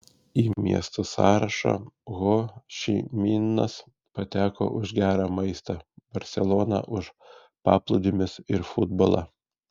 į miestų sąrašą ho ši minas pateko už gerą maistą barselona už paplūdimius ir futbolą